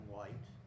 White